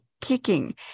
kicking